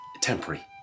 temporary